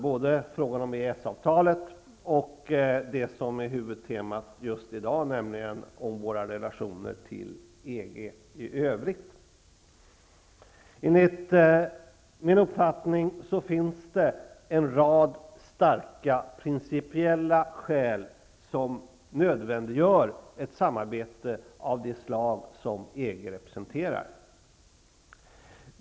Både frågan om EES-avtalet och det som är huvudtemat just i dag, nämligen frågan om våra relationer i övrigt till EG, är mycket viktiga frågor. Enligt min uppfattning finns det en rad starka principiella skäl som nödvändiggör ett samarbete av det slag som EG representerar.